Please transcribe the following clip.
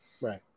Right